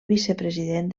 vicepresident